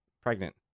pregnant